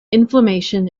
inflammation